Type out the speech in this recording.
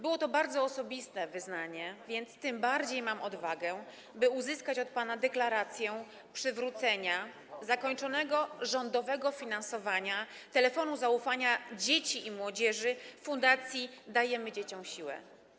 Było to bardzo osobiste wyznanie, więc tym bardziej mam odwagę, by uzyskać od pana deklarację przywrócenia zakończonego rządowego finansowania telefonu zaufania dzieci i młodzieży Fundacji Dajemy Dzieciom Siłę.